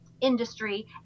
industry